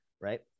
right